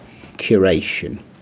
curation